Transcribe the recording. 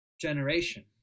generation